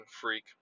freak